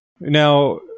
Now